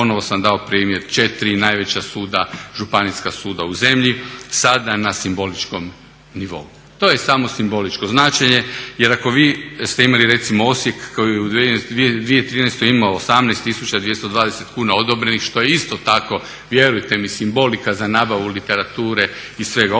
ponovo sam dao primjer četiri najveća suda, županijska suda u zemlji sada na simboličkom nivou. To je samo simboličko značenje, jer ako vi ste imali recimo Osijek koji u 2013. imao 18220 odobrenih što je isto tako vjerujte mi simbolika za nabavu literature i svega ostaloga